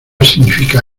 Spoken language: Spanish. significa